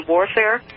Warfare